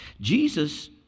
Jesus